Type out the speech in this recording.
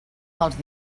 dels